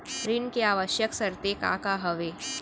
ऋण के आवश्यक शर्तें का का हवे?